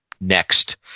next